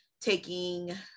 taking